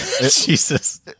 Jesus